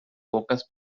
pocas